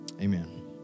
Amen